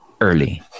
early